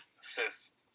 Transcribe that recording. assists